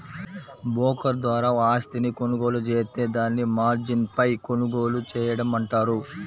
broker ద్వారా ఆస్తిని కొనుగోలు జేత్తే దాన్ని మార్జిన్పై కొనుగోలు చేయడం అంటారు